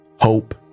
hope